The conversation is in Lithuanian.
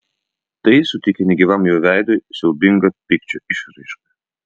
tai suteikė negyvam jo veidui siaubingą pykčio išraišką